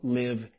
live